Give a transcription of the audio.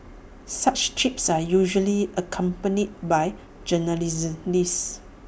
such trips are usually accompanied by